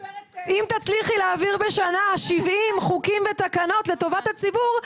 גברת --- אם תצליחי להעביר בשנה 70 חוקים ותקנות לטובת הציבור,